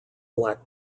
black